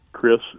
Chris